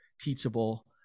teachable